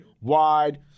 wide